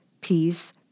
peace